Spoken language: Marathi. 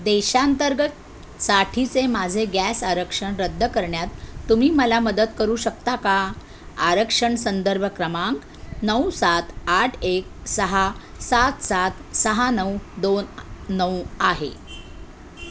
देशांतर्गतसाठीचे माझे गॅस आरक्षण रद्द करण्यात तुम्ही मला मदत करू शकता का आरक्षण संदर्भ क्रमांक नऊ सात आठ एक सहा सात सात सहा नऊ दोन नऊ आहे